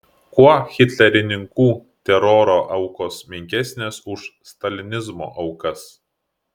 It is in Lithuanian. kuo hitlerininkų teroro aukos menkesnės už stalinizmo aukas